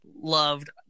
loved